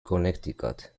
connecticut